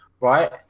right